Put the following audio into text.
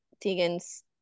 tegan's